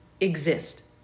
exist